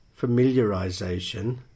familiarization